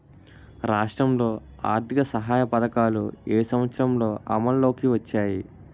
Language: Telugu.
రాష్ట్రంలో ఆర్థిక సహాయ పథకాలు ఏ సంవత్సరంలో అమల్లోకి వచ్చాయి?